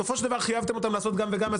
אבל בסופו של דבר חייבתם אותם לעשות גם וגם,